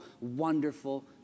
wonderful